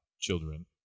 children